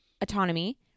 autonomy